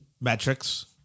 metrics